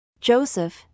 Joseph